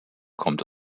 kommt